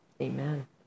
Amen